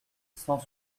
cent